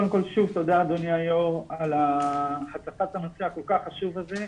קודם כל שוב תודה אדוני היו"ר על הצפת הנושא הכול כך חשוב הזה.